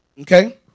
Okay